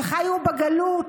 שחיו בגלות,